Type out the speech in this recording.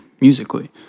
musically